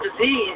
disease